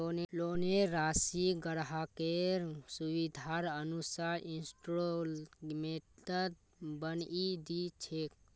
लोनेर राशिक ग्राहकेर सुविधार अनुसार इंस्टॉल्मेंटत बनई दी छेक